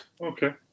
Okay